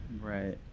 right